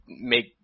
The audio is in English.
make